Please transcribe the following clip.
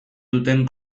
duten